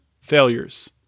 failures